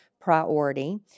priority